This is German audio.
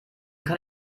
kann